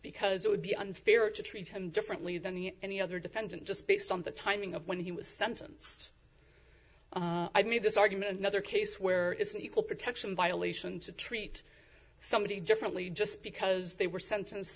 because it would be unfair to treat him differently than the any other defendant just based on the timing of when he was sentenced i mean this argument another case where it's an equal protection violation to treat somebody differently just because they were sentence